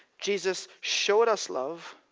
jesus showed us love,